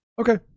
Okay